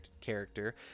character